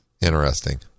Interesting